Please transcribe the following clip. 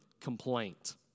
complaint